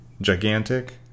Gigantic